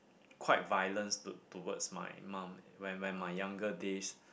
quite violence to~ towards my mum when when my younger days